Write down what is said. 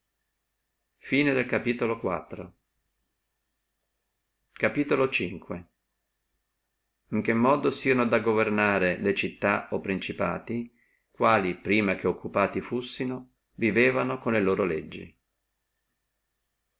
vivebant in che modo si debbino governare le città o principati quali innanzi fussino occupati si vivevano con le loro legge